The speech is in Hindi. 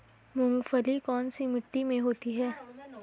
मूंगफली कौन सी मिट्टी में होती है?